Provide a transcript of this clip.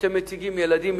שאתם מציגים את הילדים,